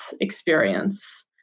experience